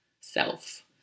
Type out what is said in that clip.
self